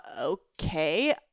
okay